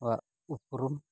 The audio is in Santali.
ᱟᱵᱚᱣᱟᱜ ᱩᱯᱨᱩᱢ